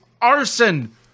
arson